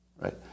right